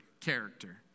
character